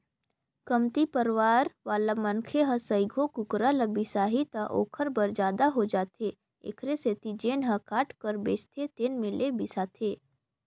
कमती परवार वाला मनखे ह सइघो कुकरा ल बिसाही त ओखर बर जादा हो जाथे एखरे सेती जेन ह काट कर बेचथे तेन में ले बिसाथे